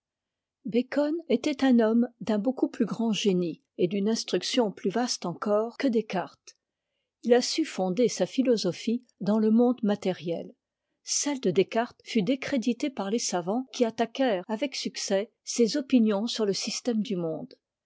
bacon était un homme d'un beaucoup plus grand génie et d'une instruction plus vaste encore que descartes il a su fonder sa philosophie dans le monde matériel celle de descartes fut décréditée par les savants qui attaquèrent avec succès ses opinions sur le système du monde